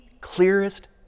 clearest